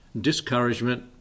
discouragement